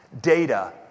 data